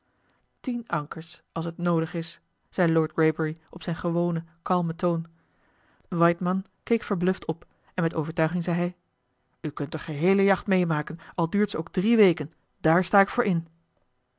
tien ankers als het noodig is zei lord greybury op zijn gewonen kalmen toon waidmann keek verbluft op en met overtuiging zei hij u kunt de geheele jacht meemaken al duurt ze ook drie weken daar sta ik voor in